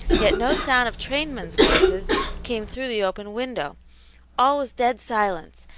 yet no sound of trainmen's voices came through the open window all was dead silence,